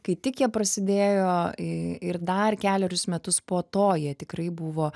kai tik jie prasidėjo i ir dar kelerius metus po to jie tikrai buvo